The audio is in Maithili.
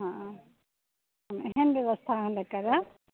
हँ एहन व्यवस्था हम करब